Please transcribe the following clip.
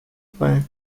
play